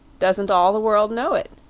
doesn't all the world know it?